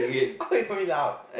why you make me laugh